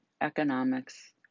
economics